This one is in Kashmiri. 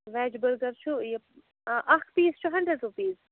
وٮ۪ج بٔرگٕر چھُ یہِ اَکھ پیٖس چھُ ہَنڈرنٛڈ رُپیٖز